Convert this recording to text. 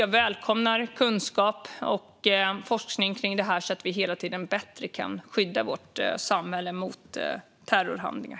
Jag välkomnar kunskap och forskning kring detta så att vi hela tiden bättre kan skydda vårt samhälle mot terrorhandlingar.